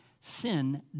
sin